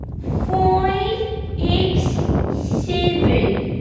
five x seven.